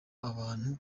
abantu